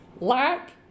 lack